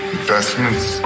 investments